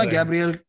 Gabriel